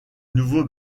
nouveau